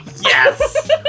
Yes